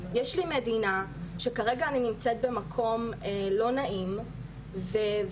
יש לי מדינה שכרגע אני נמצאת במקום לא נעים וכאן